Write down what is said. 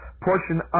portion